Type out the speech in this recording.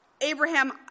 Abraham